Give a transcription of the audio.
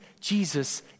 Jesus